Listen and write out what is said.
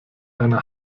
einer